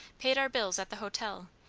paid our bills at the hotel,